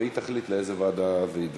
והיא תחליט באיזו ועדה הוא יידון.